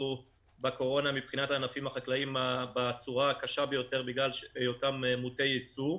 בקורונה בצורה הקשה ביותר בגלל היותם מוטי ייצוא.